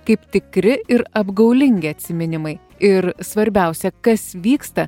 kaip tikri ir apgaulingi atsiminimai ir svarbiausia kas vyksta